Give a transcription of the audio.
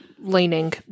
leaning